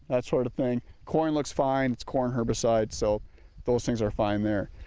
that sort of thing. corn looks fine, it's corn herbicide, so those things are fine there.